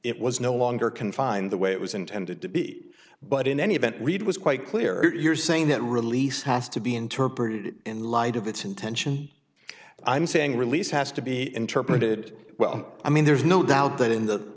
it was no longer confined the way it was intended to be but in any event reid was quite clear you're saying that release has to be interpreted in light of its intention i'm saying release has to be interpreted well i mean there's no doubt that in the